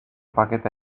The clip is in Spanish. paquete